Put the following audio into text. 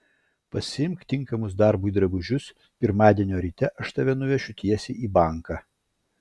pasiimk tinkamus darbui drabužius pirmadienio ryte aš tave nuvešiu tiesiai į banką